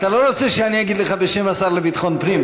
אתה לא רוצה שאני אגיד לך: בשם השר לביטחון פנים,